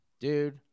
Dude